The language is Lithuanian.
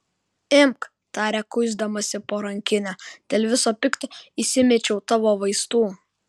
imk tarė kuisdamasi po rankinę dėl viso pikto įsimečiau tavo vaistų